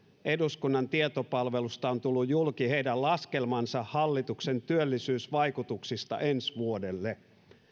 eduskunnan tietopalvelusta on tullut julki heidän laskelmansa hallituksen työllisyysvaikutuksista ensi vuodelle